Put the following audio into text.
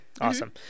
Awesome